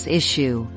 issue